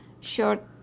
short